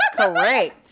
correct